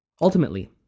Ultimately